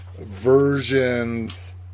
versions